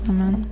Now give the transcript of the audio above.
Amen